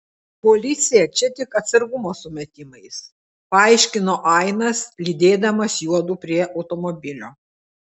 policija čia tik atsargumo sumetimais paaiškino ainas lydėdamas juodu prie automobilio